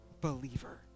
believer